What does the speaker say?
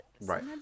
right